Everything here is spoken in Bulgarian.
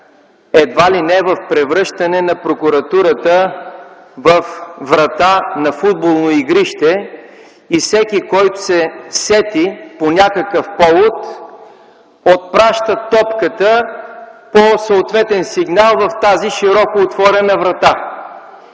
едва ли не в превръщане на Прокуратурата във врата на футболно игрище и всеки, който се сети по някакъв повод, отпраща топката по съответен сигнал в тази широко отворена врата.